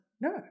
No